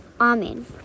Amen